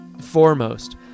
Foremost